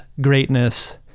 greatness